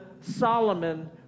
Solomon